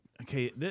okay